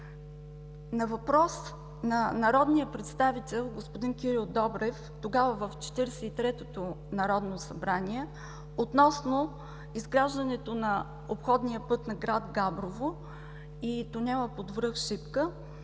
На въпрос на народния представител господин Кирил Добрев в Четиридесет и третото Народно събрание, относно изграждането на обходния път на град Габрово и тунела под връх Шипка,